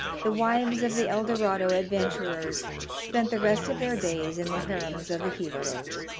the wives of the el dorado adventurers spent the rest of their days in the harems of the jivaros.